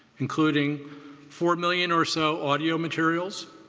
including four million or so audio materials,